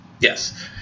yes